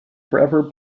forever